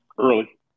early